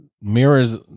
mirrors